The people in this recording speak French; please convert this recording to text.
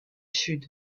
sud